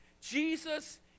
jesus